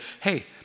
hey